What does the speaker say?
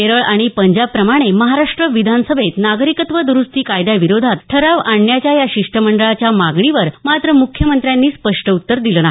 केरळ आणि पंजाबप्रमाणे महाराष्ट्र विधानसभेत नागरिकत्व दुरुस्ती कायद्याविरोधात ठराव आणण्याच्या या शिष्टमंडळाच्या मागणीवर मात्र मुख्यमंत्र्यांनी स्पष्ट उत्तर दिलं नाही